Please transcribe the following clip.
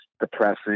depressing